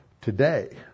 today